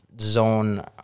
zone